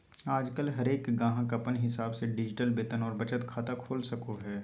आजकल हरेक गाहक अपन हिसाब से डिजिटल वेतन और बचत खाता खोल सको हय